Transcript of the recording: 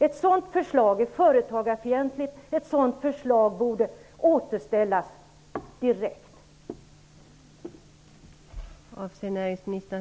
Ett sådant förslag är företagarfientligt och borde återställas direkt.